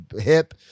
hip